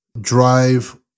drive